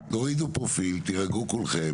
טוב, חבר'ה תורידו פרופיל, תירגעו כולכם.